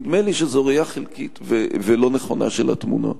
נדמה לי שזו ראייה חלקית ולא נכונה של התמונה.